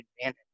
advantage